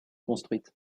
construite